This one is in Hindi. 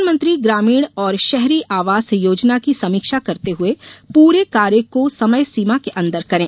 प्रधानमंत्री ग्रामीण और शहरी आवास योजना की समीक्षा करते हुए पूरे कार्य को समयसीमा के अंदर करें